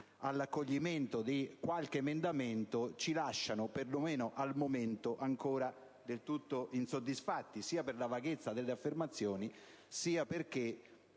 all'accoglimento di qualche nostro emendamento ci lasciano perlomeno al momento ancora del tutto insoddisfatti, sia per la vaghezza delle affermazioni, sia perché,